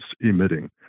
emitting